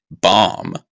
bomb